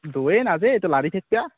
দুৱেই নাযে এইটো লাৰি থাকিবা